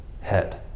head